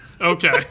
Okay